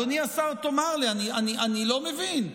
אדוני השר, תאמר לי, אני לא מבין.